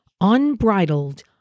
unbridled